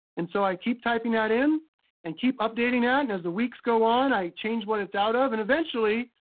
and so i keep typing that in and keep updating that. and as the weeks go on, i change what it's out of. and eventually,